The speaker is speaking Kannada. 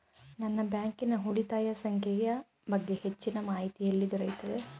ನನ್ನ ಬ್ಯಾಂಕಿನ ಉಳಿತಾಯ ಸಂಖ್ಯೆಯ ಬಗ್ಗೆ ಹೆಚ್ಚಿನ ಮಾಹಿತಿ ಎಲ್ಲಿ ದೊರೆಯುತ್ತದೆ?